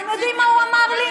אתם יודעים מה הוא אמר לי?